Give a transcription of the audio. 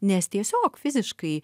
nes tiesiog fiziškai